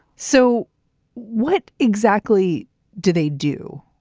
so what exactly do they do?